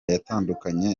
yatandukanye